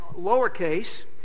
lowercase